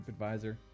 TripAdvisor